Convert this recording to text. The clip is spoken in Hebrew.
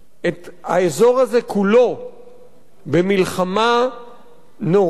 את האזור הזה כולו במלחמה נוראה,